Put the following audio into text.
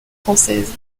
françaises